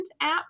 app